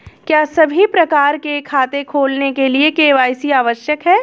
क्या सभी प्रकार के खाते खोलने के लिए के.वाई.सी आवश्यक है?